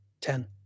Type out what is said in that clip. Ten